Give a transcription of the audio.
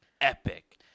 epic